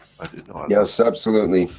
i didn't know. yes absolutely,